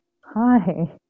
hi